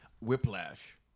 Whiplash